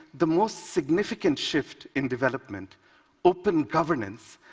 the most significant shift in development open governance.